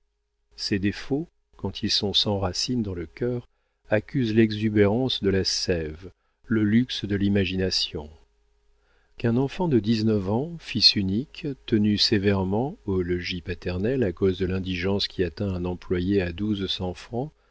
ces défauts quand ils sont sans racines dans le cœur accusent l'exubérance de la séve le luxe de l'imagination qu'un enfant de dix-neuf ans fils unique tenu sévèrement au logis paternel à cause de l'indigence qui atteint un employé à douze cents francs